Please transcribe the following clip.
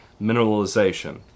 mineralization